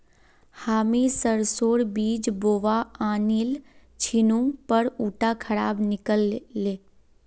हामी सरसोर बीज बोवा आनिल छिनु पर उटा खराब निकल ले